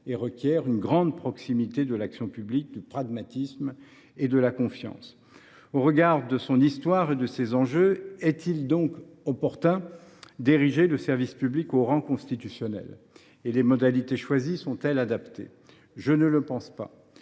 ils requièrent une plus grande proximité de l’action publique, ainsi que du pragmatisme et de la confiance. Eu égard à son histoire et à ses enjeux, est il bien opportun d’ériger le service public au rang constitutionnel ? Par ailleurs, les modalités choisies sont elles adaptées ? Je ne le pense pas.